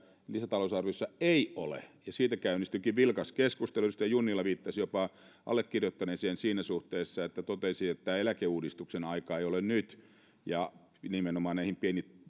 lisätalousarviossa ei ole ja siitä käynnistyikin vilkas keskustelu edustaja junnila viittasi jopa allekirjoittaneeseen siinä suhteessa että totesin että tämän eläkeuudistuksen aika ei ole nyt ja nimenomaan näihin